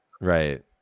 Right